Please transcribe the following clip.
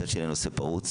מצד שני הנושא פרוץ.